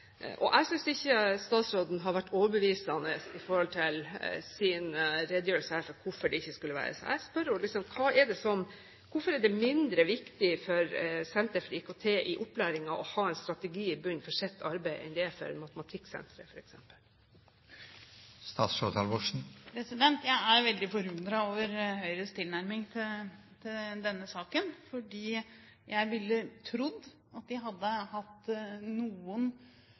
ikke skulle være slik. Så jeg vil spørre henne: Hvorfor er det mindre viktig for Senter for IKT i utdanningen å ha en strategi i bunnen for sitt arbeid enn det er for Matematikksenteret, f.eks.? Jeg er veldig forundret over Høyres tilnærming til denne saken. Jeg trodde at de hadde noen